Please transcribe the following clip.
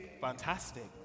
fantastic